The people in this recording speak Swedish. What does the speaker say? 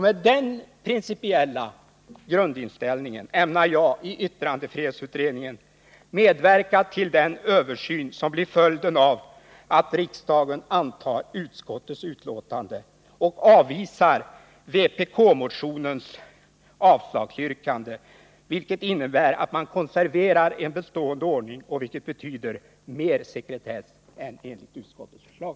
Med den principiella grundinställningen ämnar jag i yttrandefrihetsutredningen medverka till den översyn som blir följden av att riksdagen bifaller utskottets hemställan och avvisar vpk-motionens avslagsyrkande — som innebär att man konserverar en bestående ordning, vilket betyder mer sekretess än utskottets förslag.